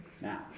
Now